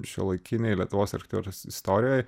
šiuolaikinėj lietuvos architeros istorijoj